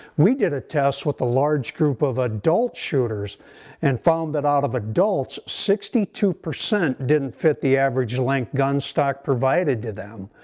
we did a test with a large group of adult shooters and found that out of adults sixty two percent didn't fit the average length of gunstock provided to them.